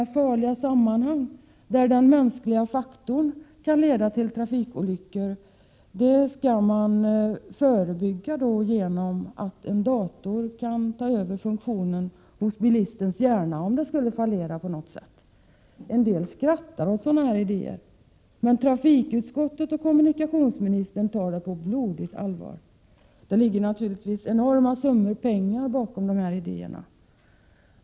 I farliga sammanhang, där den mänskliga faktorn kan göra att det blir trafikolyckor, kan man vidta förebyggande åtgärder. Således kan man låta en dator träda in, om bilistens hjärna skulle fallera på något sätt. En del skrattar åt sådana här idéer. Men trafikutskottet och kommunikationsministern tar dem på blodigt allvar. Det ligger naturligtvis enorma summor pengar bakom dessa idéer.